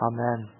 Amen